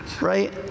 right